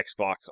Xbox